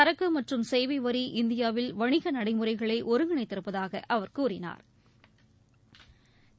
சரக்கு மற்றும் சேவை வரி இந்தியாவில் வணிக நடைமுறைகளை ஒருங்கிணைத்திருப்பதாக அவர் கூறினாா்